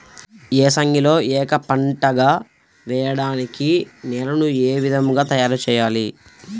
ఏసంగిలో ఏక పంటగ వెయడానికి నేలను ఏ విధముగా తయారుచేయాలి?